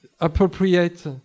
appropriate